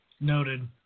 Noted